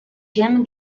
jim